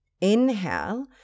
Inhale